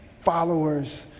followers